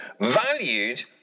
valued